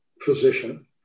physician